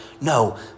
No